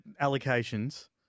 allocations